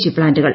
G പ്താന്റുകൾ